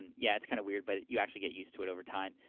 and yeah, it's kind of weird, but you actually get used to it over time.